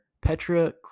Petra